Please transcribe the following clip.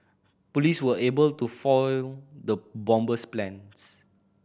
police were able to foil the bomber's plans